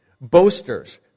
boasters